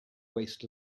waste